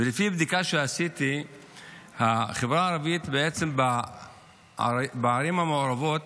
ולפי בדיקה שעשיתי החברה הערבית בערים המעורבות